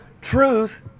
truth